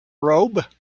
robe